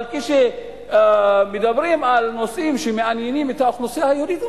אבל כשמדברים על נושאים שמעניינים את האוכלוסייה היהודית,